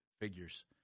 figures